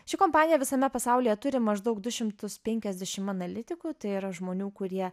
ši kompanija visame pasaulyje turi maždaug du šimtus penkiasdešim analitikų tai yra žmonių kurie